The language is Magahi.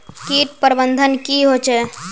किट प्रबन्धन की होचे?